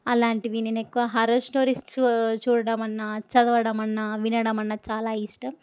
అలాంటివి నేను ఎక్కువ హర్రర్ స్టోరీస్ చూ చూడడం అన్నా చదవడం అన్నా వినడం అన్నా చాలా ఇష్టం